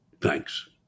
Thanks